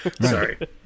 sorry